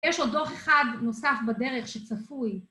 יש עוד דוח אחד נוסף בדרך שצפוי.